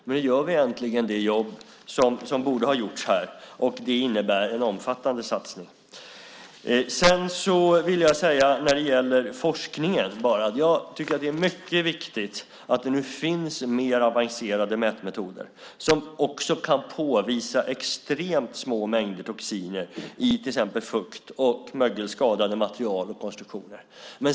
Men nu gör vi äntligen det jobb som borde ha gjorts, och det innebär en omfattande satsning. Jag tycker att det är mycket viktigt att det nu finns mer avancerade mätmetoder inom forskningen som kan påvisa extremt små mängder toxiner i till exempel fukt och mögelskadade material och konstruktioner.